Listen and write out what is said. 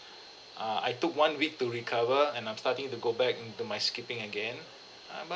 uh I took one week to recover and I'm starting to go back into my skipping again uh but